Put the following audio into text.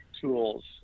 tools